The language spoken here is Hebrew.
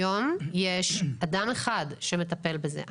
היום יש אדם אחד שמטפל בזה.